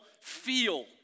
feel